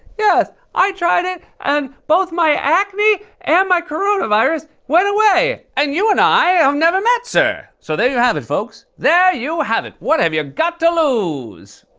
yes, i tried it, and both my acne and my coronavirus went away! and you and i have um never met, sir! so, there you have it, folks. there you have it. what have ya got to lose?